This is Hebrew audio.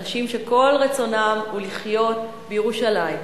אנשים שכל רצונם הוא לחיות בירושלים.